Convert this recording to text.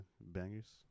bangers